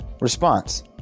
Response